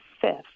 fifth